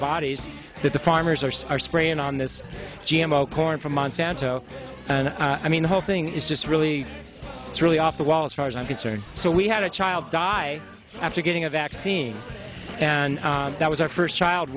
bodies that the farmers are are spraying on this g m o corn for monsanto and i mean the whole thing is just really really off the wall as far as i'm concerned so we had a child die after getting a vaccine and that was our first child